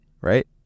Right